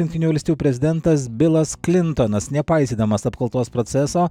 jungtinių valstijų prezidentas bilas klintonas nepaisydamas apkaltos proceso